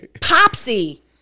Popsy